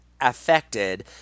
affected